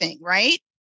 right